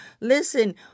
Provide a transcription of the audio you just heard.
Listen